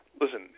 listen